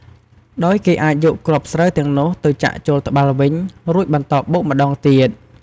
ដោយគេអាចយកគ្រាប់ស្រូវទាំងនោះទៅចាក់ចូលត្បាល់វិញ រួចបន្តបុកម្តងទៀត។